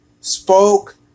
spoke